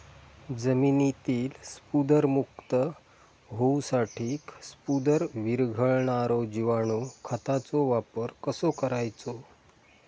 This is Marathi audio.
जमिनीतील स्फुदरमुक्त होऊसाठीक स्फुदर वीरघळनारो जिवाणू खताचो वापर कसो करायचो?